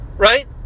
Right